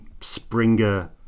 Springer